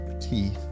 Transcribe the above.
teeth